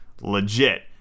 legit